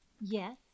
Yes